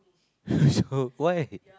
so why